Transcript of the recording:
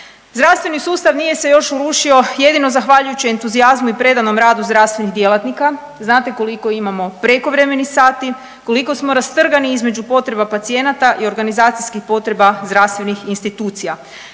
Zdravstveni sustav nije se još urušio jedino zahvaljujući entuzijazmu i predanom radu zdravstvenih djelatnika. Znate koliko imao prekovremenih sati, koliko smo rastrgani između potreba pacijenata i organizacijskih potreba zdravstvenih institucija.